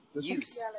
use